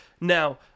Now